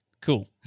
Cool